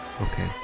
Okay